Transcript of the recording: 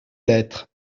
lettres